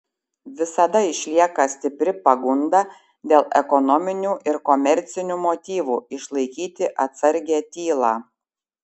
visada išlieka stipri pagunda dėl ekonominių ir komercinių motyvų išlaikyti atsargią tylą